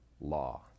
law